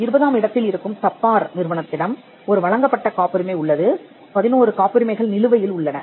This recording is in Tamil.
இருபதாம் இடத்தில் இருக்கும் தப்பார் நிறுவனத்திடம் ஒரு வழங்கப்பட்ட காப்புரிமை உள்ளது11 காப்புரிமைகள் நிலுவையில் உள்ளன